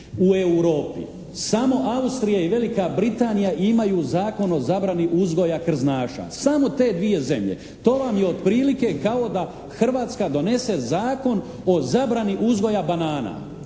u Europi samo Austrija i Velika Britanija imaju zakon o zabrani uzgoja krznaša. Samo te dvije zemlje. To vam je otprilike kao da Hrvatska donese zakon o zabrani uzgoja banana.